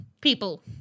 people